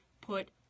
put